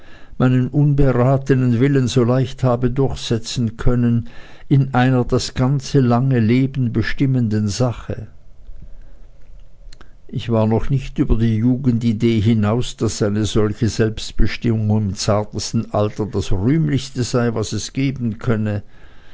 meinen unberatenen willen so leicht habe durchsetzen können in einer das ganze lange leben bestimmenden sache ich war noch nicht über die jugendidee hinaus daß eine solche selbstbestimmung im zartesten alter das rühmlichste sei was es geben könne